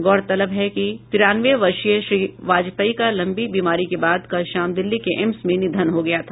गौरतलब है कि तिरानवे वर्षीय श्री वाजपेयी का लंबी बीमारी के बाद कल शाम दिल्ली के एम्स में निधन हो गया था